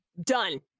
Done